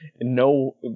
No